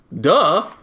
Duh